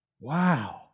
Wow